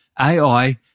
AI